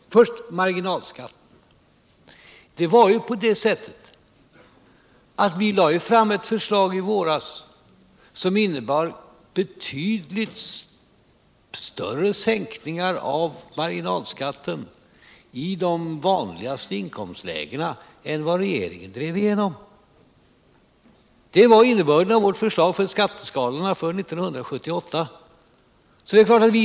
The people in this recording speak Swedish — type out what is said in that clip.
För det första marginalskatten: Vi lade i våras fram ett förslag som innebar betydligt större sänkningar av marginalskatten i de vanligaste inkomstlägena än vad regeringen drev igenom. Det var innebörden av vårt förslag om skatteskalorna för 1978.